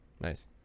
Nice